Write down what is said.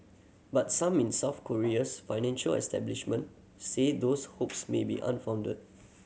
but some in South Korea's financial establishment say those hopes may be unfounded